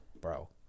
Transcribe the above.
bro